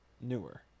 newer